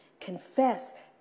confess